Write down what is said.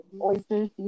oysters